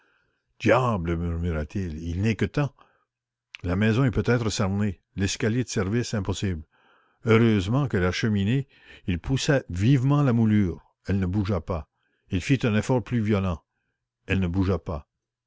diable murmura-t-il il n'est que temps la maison est peut-être cernée l'escalier de service impossible heureusement que la cheminée il poussa vivement la moulure elle ne bougea pas il fit un effort plus violent elle ne bougea pas